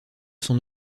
son